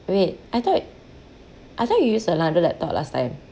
wait I thought I thought you used another laptop last time